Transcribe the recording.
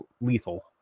lethal